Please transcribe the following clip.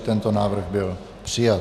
Tento návrh byl přijat.